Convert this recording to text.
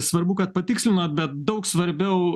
svarbu kad patikslino bet daug svarbiau